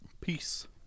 Peace